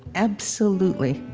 absolutely.